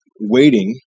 waiting